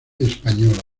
española